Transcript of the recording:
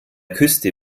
küste